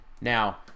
Now